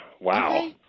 wow